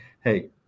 hey